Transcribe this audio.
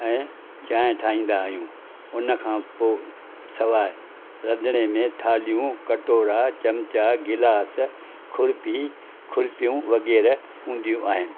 ऐं चाहिं ठाहींदा आहियूं हुन खां पोइ सवाइ रंधिणे में थालियूं कटोरा चमचा गिलास खुरपी खुरपियूं वग़ैरह हूंदी आहिनि